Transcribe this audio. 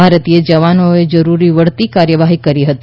ભારતીય જવાનોએ જરૂરી વળતી કાર્યાવહી કરી હતી